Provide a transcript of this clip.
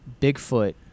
Bigfoot